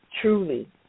truly